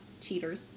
cheaters